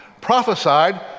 prophesied